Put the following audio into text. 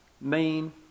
main